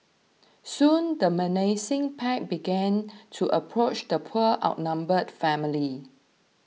soon the menacing pack began to approach the poor outnumbered family